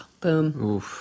Boom